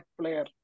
player